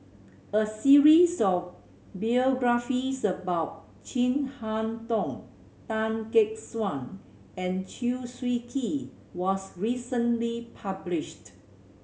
a series of about Chin Harn Tong Tan Gek Suan and Chew Swee Kee was recently published